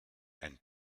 ein